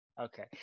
okay